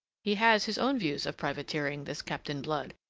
he has his own views of privateering, this captain blood,